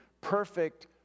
perfect